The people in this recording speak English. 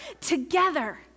together